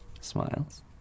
smiles